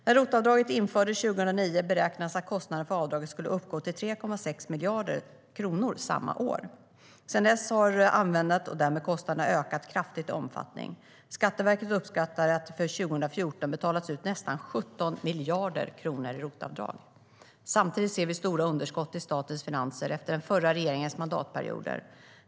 När ROT-avdraget infördes 2009 beräknades att kostnaderna för avdraget skulle uppgå till 3,6 miljarder kronor samma år. Sedan dess har användandet, och därmed kostnaderna, ökat kraftigt i omfattning. Skatteverket uppskattar att det för 2014 betalats ut nästan 17 miljarder kronor i ROT-avdrag. Samtidigt ser vi stora underskott i statens finanser efter den förra regeringens mandatperioder.